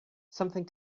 something